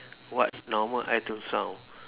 what normal item sound